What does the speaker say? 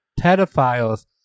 pedophiles